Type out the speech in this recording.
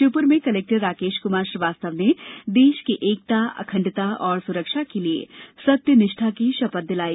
श्योपुर में कलेक्टर राकेश कुमार श्रीवास्तव ने देश की एकता अखण्डता और सुरक्षा के लिए सत्यनिष्ठा की शपथ दिलाई